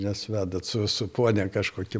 nes vedat su su ponia kažkokiu